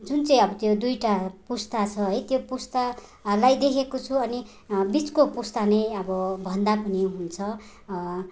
जुन चाहिँ अब त्यो दुइवटा पुस्ता छ है त्यो पुस्तालाई देखेको छु अनि बिचको पुस्ता नै अब भन्दा पनि हुन्छ